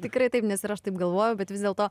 tikrai taip nes ir aš taip galvojau bet vis dėlto